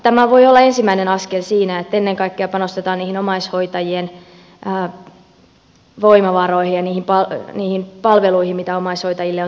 tämä voi olla ensimmäinen askel siinä että ennen kaikkea panostetaan omaishoitajien voimavaroihin ja niihin palveluihin mitä omaishoitajille on tarjolla